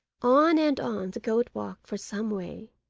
on and on the goat walked for some way,